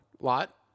Lot